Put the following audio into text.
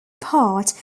part